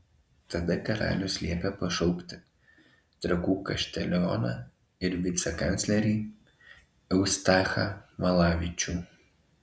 tada karalius liepė pašaukti trakų kaštelioną ir vicekanclerį eustachą valavičių